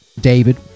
David